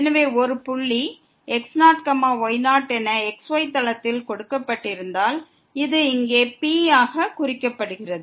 எனவே ஒரு புள்ளி x0 y0 என xy தளத்தில் கொடுக்கப்பட்டிருந்தால் இது இங்கே P ஆக குறிக்கப்படுகிறது